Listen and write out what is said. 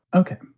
ok,